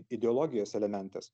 ideologijos elementas